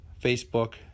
Facebook